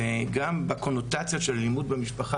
וגם בקונוטציה של אלימות במשפחה,